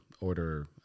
order